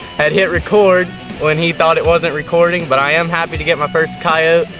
had hit record when he thought it wasn't recording but i am happy to get my first coyote.